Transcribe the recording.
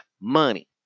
Money